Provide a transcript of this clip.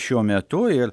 šiuo metu ir